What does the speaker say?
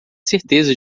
certeza